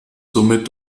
somit